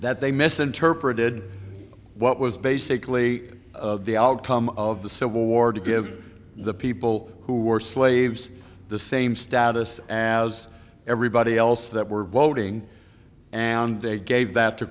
that they misinterpreted what was basically the outcome of the so war to give the people who are slaves the same status as everybody else that we're voting and they gave